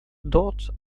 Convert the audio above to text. dort